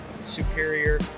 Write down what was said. superior